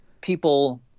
people